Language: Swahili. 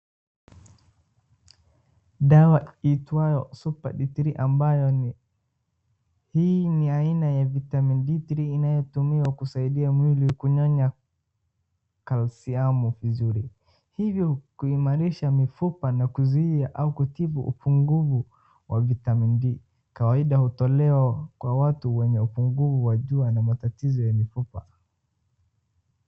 Dawa iitwayo duper d three ambayo ni hii ni aina ya vitamin d three inayotumiwa kusaidia mwili kunyonya calcium vizuri hivyo kuimarisha mifupa na kusihi au kutibu upungufu wa vitamin D kawaida hutolewa kw watu wenye upungufu wa jua na matatizo ya mifupa.